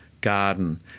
garden